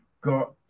got